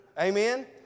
Amen